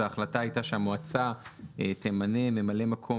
ההחלטה הייתה שהמועצה תמנה ממלא מקום